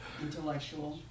Intellectual